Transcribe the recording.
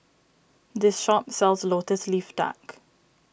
this shop sells Lotus Leaf Duck